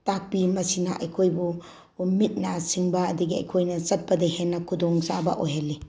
ꯇꯥꯛꯄꯤ ꯃꯁꯤꯅ ꯑꯩꯈꯣꯏꯕꯨ ꯃꯤꯠ ꯅꯥ ꯁꯤꯡꯕ ꯑꯗꯒꯤ ꯑꯩꯈꯣꯏꯅ ꯆꯠꯄꯗ ꯍꯦꯟꯅ ꯈꯨꯗꯣꯡꯆꯥꯕ ꯑꯣꯏꯍꯜꯂꯤ